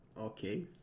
Okay